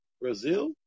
Brazil